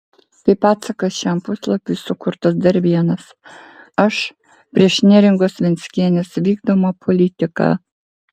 kaip atsakas šiam puslapiui sukurtas dar vienas aš prieš neringos venckienės vykdomą politiką